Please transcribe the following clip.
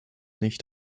nicht